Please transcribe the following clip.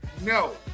No